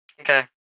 Okay